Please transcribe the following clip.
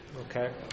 Okay